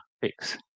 fix